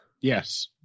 Yes